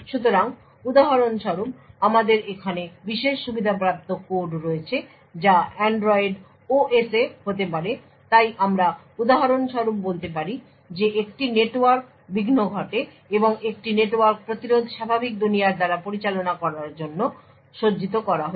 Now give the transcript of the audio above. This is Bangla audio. সুতরাং উদাহরণস্বরূপ আমাদের এখানে বিশেষ সুবিধাপ্রাপ্ত কোড রয়েছে যা অ্যান্ড্রয়েড OS এ হতে পারে তাই আমরা উদাহরণ স্বরূপ বলতে পারি যে একটি নেটওয়ার্ক বিঘ্ন ঘটে এবং একটি নেটওয়ার্ক প্রতিরোধ স্বাভাবিক দুনিয়ার দ্বারা পরিচালনা করার জন্য সজ্জিত করা হয়েছে